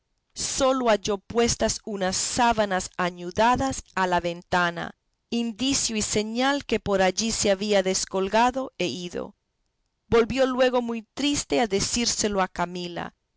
leonela sólo halló puestas unas sábanas añudadas a la ventana indicio y señal que por allí se había descolgado e ido volvió luego muy triste a decírselo a camila